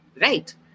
right